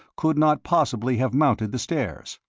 could not possibly have mounted the stairs.